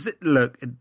look